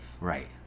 Right